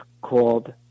called